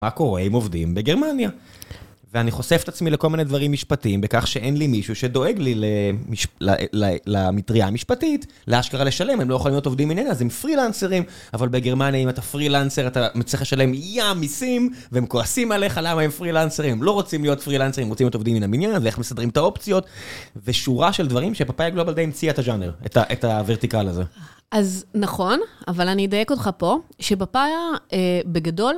מה קורה עם עובדים בגרמניה? ואני חושף את עצמי לכל מיני דברים משפטיים, בכך שאין לי מישהו שדואג לי למטריה המשפטית, לאשכרה לשלם, הם לא יכולים להיות עובדים מן המניין, אז הם פרילנסרים, אבל בגרמניה, אם אתה פרילנסר, אתה צריך לשלם ים מסים, והם כועסים עליך, למה הם פרילנסרים? הם לא רוצים להיות פרילנסרים, הם רוצים להיות עובדים מן המניין, ואיך מסדרים את האופציות? ושורה של דברים שפפאיה גלובל די המציאה את הז'אנר, את הוורטיקל הזה. אז נכון, אבל אני אדייק אותך פה, שפפאיה בגדול...